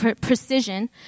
precision